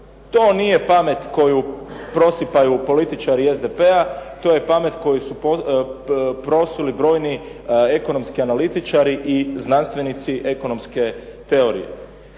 To nije pamet koju prosipaju političari SDP-a. To je pamet koju su prosuli brojni ekonomski analitičari i znanstvenici ekonomske teorije.